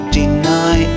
deny